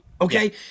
okay